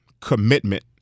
commitment